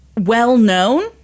well-known